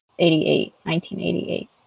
1988